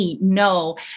No